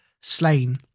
slain